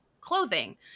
clothing